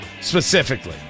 Specifically